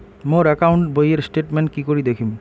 মোর account বইয়ের statement কি করি দেখিম?